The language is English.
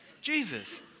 Jesus